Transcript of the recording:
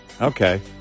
okay